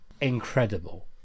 Incredible